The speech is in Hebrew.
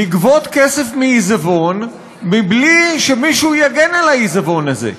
לגבות כסף מעיזבון בלי שמישהו יגן על העיזבון הזה.